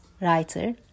writer